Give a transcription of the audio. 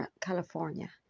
California